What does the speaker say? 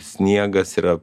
sniegas yra